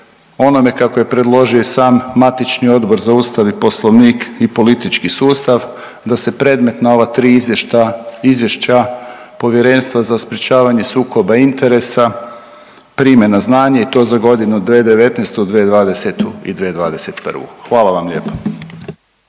onome kako je predložio i sam matični Odbor za Ustav i Poslovnik i politički sustav, da se predmetna ova tri izvještaja, izvješća Povjerenstva za sprječavanje sukoba interesa prime na znanje i to za godinu 2019., 2020. i 2021. Hvala vam lijepa.